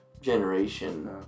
generation